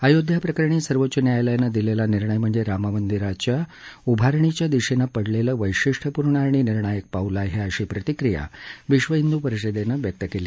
अयोध्या प्रकरणी सर्वोच्च न्यायालयानं दिलेला निर्णय म्हणजे राममंदिराच्या उभारणीच्या दिशेनं पडलेलं वैशिष्ट्यपूर्ण आणि निर्णायक पाऊल आहे अशी प्रतिक्रिया विश्व हिंदू परिषदेनं व्यक्त केली